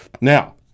Now